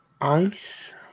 Ice